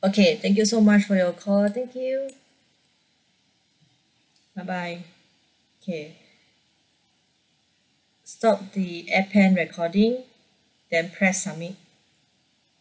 okay thank you so much for your call thank you bye bye okay stop the appen recording then press submit